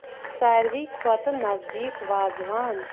ساروٕے کھۄتہٕ نزدیٖک وازوان